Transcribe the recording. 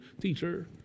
Teacher